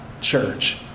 church